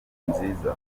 ninziza